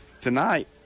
tonight